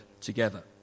together